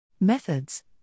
Methods